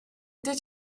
did